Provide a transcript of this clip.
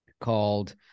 called